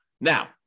Now